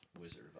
Wizard